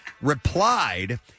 replied